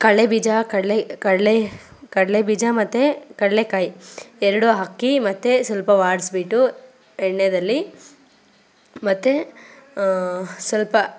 ಕಡ್ಲೆಬೀಜ ಕಡಲೆ ಕಡಲೆ ಕಡಲೆಬೀಜ ಮತ್ತು ಕಡಲೆಕಾಯಿ ಎರಡೂ ಹಾಕಿ ಮತ್ತು ಸ್ವಲ್ಪ ಬಾಡಿಸ್ಬಿಟ್ಟು ಎಣ್ಣೆಯಲ್ಲಿ ಮತ್ತು ಸ್ವಲ್ಪ